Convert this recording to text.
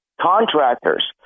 contractors